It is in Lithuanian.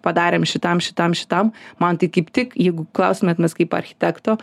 padarėm šitam šitam šitam man tai kaip tik jeigu klaustumėt kaip architekto